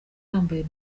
yambaye